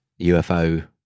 ufo